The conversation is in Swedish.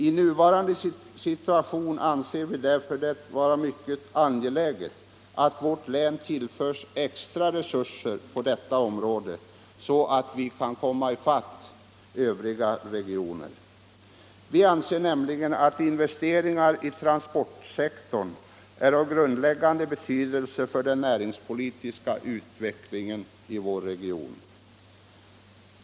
I nuvarande situation betraktar vi det därför som mycket angeläget att vårt län tillförs extra resurser på detta område så Allmänpolitisk debatt Allmänpolitisk debatt att vi kan komma i fatt andra regioner. Vi anser nämligen, att investeringar i transportsektorn är av grundläggande betydelse för den näringspolitiska utvecklingen i vår region.